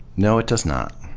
no, it does not.